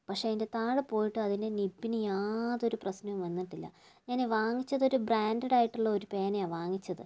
പക്ഷെ അതിന്റെ താഴെ പോയിട്ടും അതിന്റെ നിബ്ബിന് യാതൊരു പ്രശ്നവും വന്നിട്ടില്ല ഞാന് വാങ്ങിച്ചത് ഒരു ബ്രാന്ഡടായിട്ടുള്ള ഒരു പേനയാണ് വാങ്ങിച്ചത്